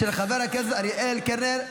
של חבר הכנסת אריאל קלנר.